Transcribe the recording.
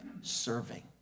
serving